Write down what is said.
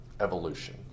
evolution